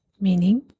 meaning